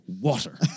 water